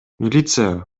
милиция